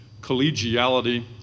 collegiality